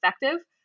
effective